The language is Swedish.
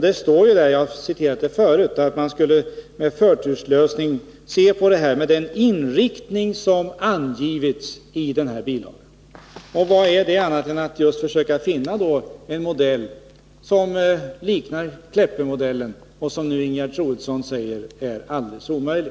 Det står ju där — jag har citerat det förut — att man skulle se på möjligheterna att genomföra en förturslösning ”med den inriktning som angivits” i den angivna bilagan. Och vad är det annat än att just försöka finna en modell som liknar Kleppemodellen, vilken nu Ingegerd Troedsson säger är alldeles omöjlig?